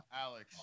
Alex